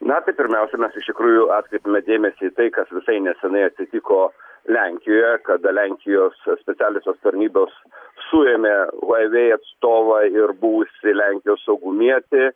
na pirmiausia mes iš tikrųjų atkreipėme dėmesį į tai kas visai neseniai atsitiko lenkijoje kada lenkijos specialiosios tarnybos suėmė vaivei atstovą ir buvusį lenkijos saugumietį